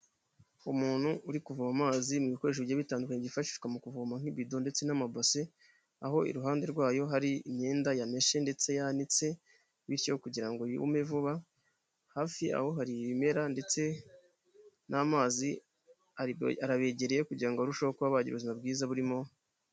Umuntu uri kuvo amazi mu bikoresho bye bitandukanye yifashishwa mu kuvomayameshe ndetse yanitse bityo kugira ngo yume vuba hafi aho hari ibimera ndetse n'amazi arabegereye kugira ngo arusheho kubagira ubuzima bwiza burimo.